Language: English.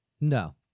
No